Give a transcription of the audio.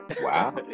Wow